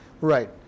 Right